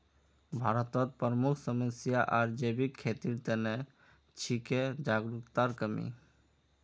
भारतत प्रमुख समस्या आर जैविक खेतीर त न छिके जागरूकतार कमी